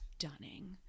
stunning